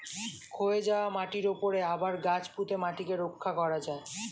ক্ষয়ে যাওয়া মাটির উপরে আবার গাছ পুঁতে মাটিকে রক্ষা করা যায়